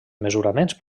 mesuraments